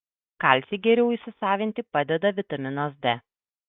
kalcį geriau įsisavinti padeda vitaminas d